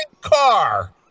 car